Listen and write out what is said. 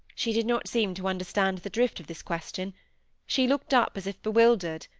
she did not seem to understand the drift of this question she looked up as if bewildered,